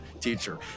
teacher